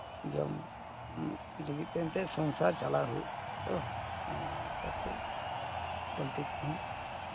ᱚᱢ ᱞᱟᱹᱜᱤᱫ ᱛᱮ ᱮᱱᱛᱮᱜ ᱥᱚᱝᱥᱟᱨ ᱪᱟᱞᱟᱣ ᱦᱩᱭᱩᱜᱼᱟ ᱟᱫᱚ ᱚᱱᱟ ᱞᱮᱠᱟᱛᱮ ᱯᱚᱞᱴᱤ ᱠᱚᱦᱚᱸ